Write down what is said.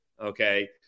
Okay